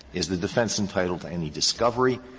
is the defense entitled to any discovery?